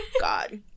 God